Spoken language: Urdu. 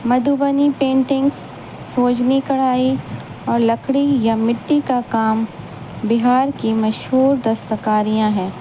مدھبنی پینٹنگس سوجنی کڑھائی اور لکڑی یا مٹی کا کام بہار کی مشہور دستکاریاں ہیں